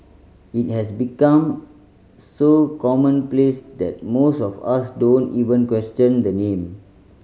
it has become so commonplace that most of us don't even question the name